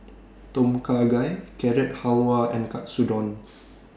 Tom Kha Gai Carrot Halwa and Katsudon